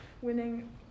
winning